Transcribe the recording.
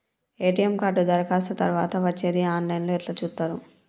ATM card దరఖాస్తు తరువాత వచ్చేది ఆన్ లైన్ లో ఎట్ల చూత్తరు?